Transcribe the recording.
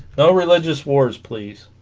no religious wars please